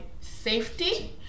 safety